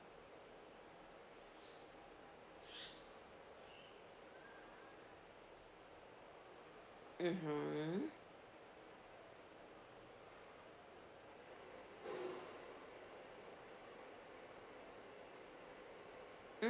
mmhmm